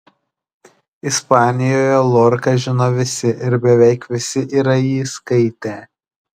ispanijoje lorką žino visi ir beveik visi yra jį skaitę